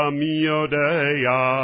miodeya